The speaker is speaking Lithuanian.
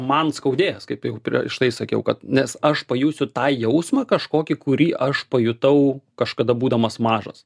man skaudės kaip jau prieš tai sakiau kad nes aš pajusiu tą jausmą kažkokį kurį aš pajutau kažkada būdamas mažas